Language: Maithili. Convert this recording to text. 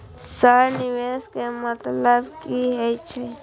सर निवेश के मतलब की हे छे?